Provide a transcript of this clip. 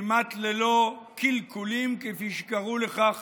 כמעט ללא קלקולים, כפי שקראו לכך